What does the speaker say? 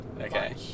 okay